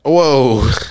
Whoa